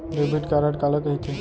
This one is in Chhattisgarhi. डेबिट कारड काला कहिथे?